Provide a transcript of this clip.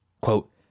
Quote